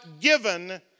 given